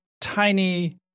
tiny